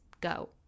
go